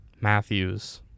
matthews